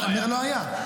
לא היה.